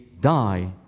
die